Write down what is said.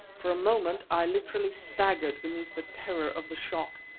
for a moment i literally staggered beneath the terror of the shock.